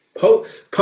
Post